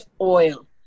oil